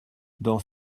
dans